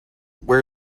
where